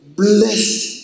blessed